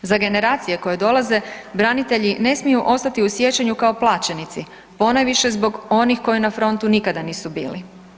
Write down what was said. Za generacije koje dolaze branitelji ne smiju ostati u sjećanju kao plaćenici, ponajviše zbog onih koji na frontu nikada nisu bili.